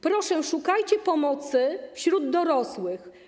Proszę, szukajcie pomocy wśród dorosłych.